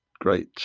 great